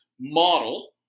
model